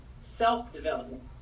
self-development